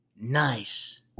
Nice